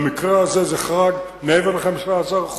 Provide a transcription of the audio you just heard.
במקרה הזה זה חרג מעבר ל-15%,